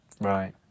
Right